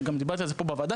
וגם דיברתי על זה פה בוועדה,